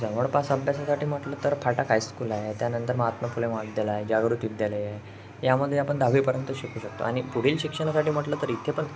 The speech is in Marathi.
जवळपास अभ्यासासाठी म्हटलं तर फाटक हायस्कूल आहे त्यानंतर महात्मा फुले महाविद्यालय आहे जागृत्ती विद्यालय आहे यामध्ये आपण दहावीपर्यंत शिकू शकतो आणि पुढील शिक्षणासाठी म्हटलं तर इथे पण